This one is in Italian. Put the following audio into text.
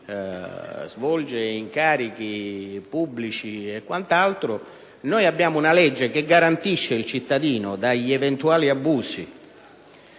svolge incarichi pubblici e quant'altro. Abbiamo una legge che garantisce il cittadino dagli eventuali abusi